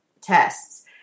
tests